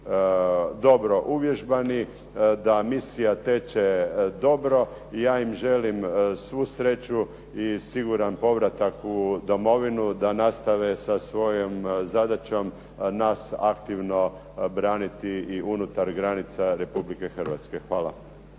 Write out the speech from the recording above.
dobro uvježbani, da misija teče dobro i ja im želim svu sreću i siguran povratak u Domovinu da nastave sa svojom zadaćom nas aktivno braniti i unutar granica Republike Hrvatske. Hvala.